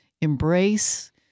embrace